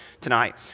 tonight